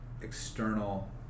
external